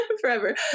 forever